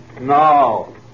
No